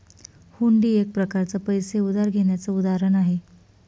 हुंडी एक प्रकारच पैसे उधार घेण्याचं उदाहरण आहे